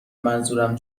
منظورم